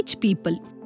people